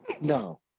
No